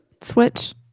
switch